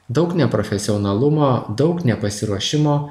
daug neprofesionalumo daug nepasiruošimo